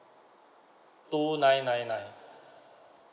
two nine nine nine